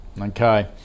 Okay